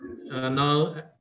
now